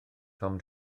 tom